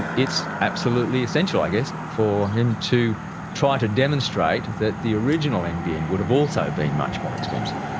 and it's absolutely essential i guess for him to try to demonstrate that the original nbn would have also been much more expensive.